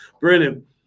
Brilliant